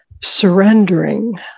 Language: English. surrendering